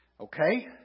Okay